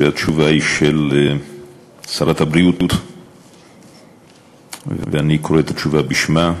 שהתשובה היא של שרת הבריאות ואני קורא את התשובה בשמה,